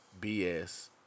BS